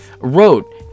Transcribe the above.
Wrote